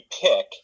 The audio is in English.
pick